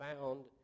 found